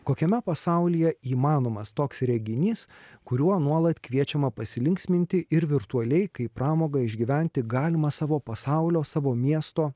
kokiame pasaulyje įmanomas toks reginys kuriuo nuolat kviečiama pasilinksminti ir virtualiai kaip pramogą išgyventi galimą savo pasaulio savo miesto